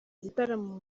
gitaramo